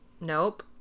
Nope